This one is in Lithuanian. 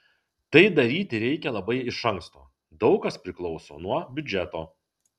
tai daryti reikia labai iš anksto daug kas priklauso nuo biudžeto